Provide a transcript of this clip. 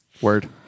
Word